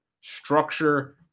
structure